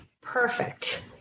Perfect